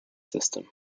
system